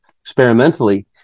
experimentally